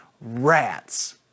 rats